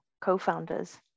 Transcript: co-founders